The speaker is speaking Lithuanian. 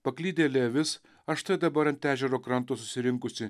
paklydėlė avis o štai dabar ant ežero kranto susirinkusi